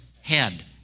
head